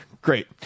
great